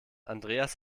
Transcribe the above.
andreas